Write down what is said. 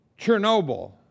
Chernobyl